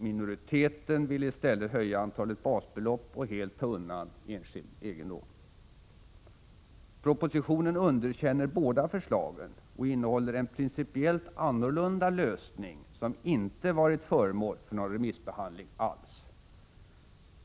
Minoriteten ville i stället höja antalet basbelopp och helt ta undan enskild egendom. Propositionen underkänner båda förslagen och innehåller en principiellt annorlunda lösning, som inte varit föremål för någon remissbehandling alls.